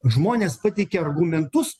žmonės pateikia argumentus